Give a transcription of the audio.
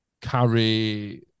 carry